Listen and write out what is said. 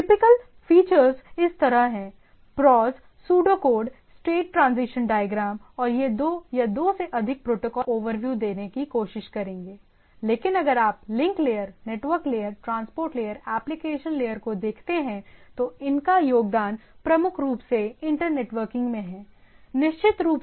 typical features इस तरह हैं prose pseudo code state transition diagram और यह दो या दो से अधिक प्रोटोकॉल स्पेसिफिकेशन को सही ढंग से लागू करता है इंटरऑपरेबिलिटी की अनुमति देता है और कुल मिलाकर यह IETF internet engineering task force द्वारा निर्देशित है